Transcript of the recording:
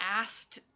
asked